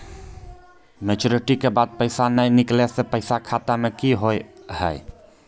Maturity के बाद पैसा नए निकले से पैसा खाता मे की होव हाय?